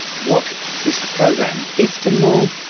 what is the program? istanbul,